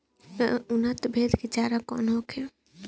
उन्नत प्रभेद के चारा कौन होखे?